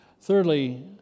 thirdly